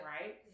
Right